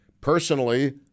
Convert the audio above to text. Personally